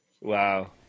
wow